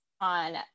on